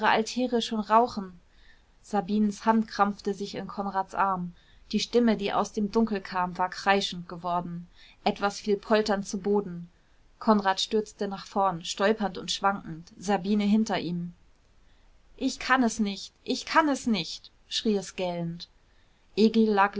altäre schon rauchen sabinens hand krampfte sich in konrads arm die stimme die aus dem dunkel kam war kreischend geworden etwas fiel polternd zu boden konrad stürzte nach vorn stolpernd und schwankend sabine hinter ihm ich kann es nicht ich kann es nicht schrie es gellend egil